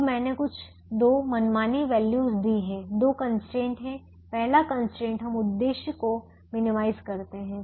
अब मैंने कुछ दो मनमानी वैल्यू दी है दो कंस्ट्रेंट हैं पहला कंस्ट्रेंट हम उद्देश्य को मिनिमाइज करते हैं